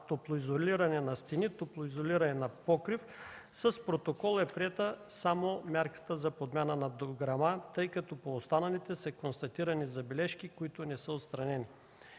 топлоизолиране на стени, топлоизолиране на покрив, с протокол е приета само мярката за подмяна на дограма, тъй като по останалите са констатирани забележки, които не са отстранени.